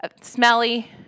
smelly